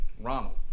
Ronald